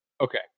Okay